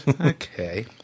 Okay